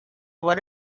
what